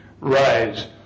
rise